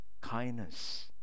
Kindness